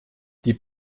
die